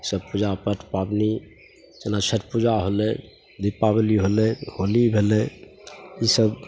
ईसब पूजापाठ पबनी जेना छठि पूजा होलै दीपावली होलै होली भेलै ईसब